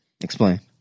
Explain